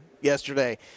yesterday